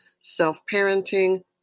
self-parenting